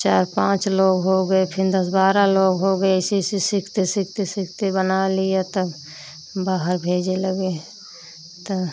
चार पाँच लोग हो गए फिर दस बारह लोग हो गए ऐसे ऐसे सीखते सीखते सीखते बना लिया तब बाहर भेजने लगे तो